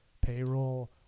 payroll